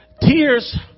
Tears